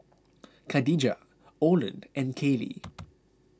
Kadijah Orland and Kaylee